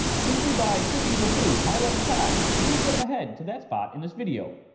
simply by clicking the blue highlighted time you will jump ahead to that spot in this video.